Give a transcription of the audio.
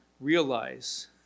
realize